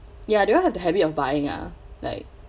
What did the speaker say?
ya do you all have the habit of buying ah like